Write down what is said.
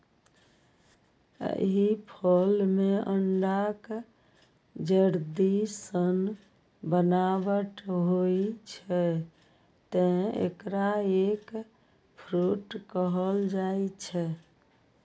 एहि फल मे अंडाक जर्दी सन बनावट होइ छै, तें एकरा एग फ्रूट कहल जाइ छै